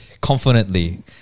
confidently